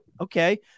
okay